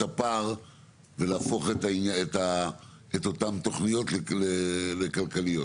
הפער ולהפוך את אותן תוכניות לכלכליות,